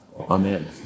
Amen